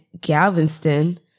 Galveston